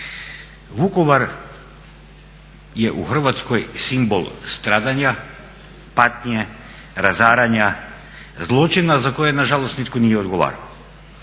Vukovar je u Hrvatskoj simbol stradanja, patnje, razaranja, zločina za koje nažalost nitko nije odgovarao.